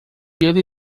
ele